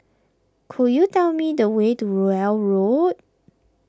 could you tell me the way to Rowell Road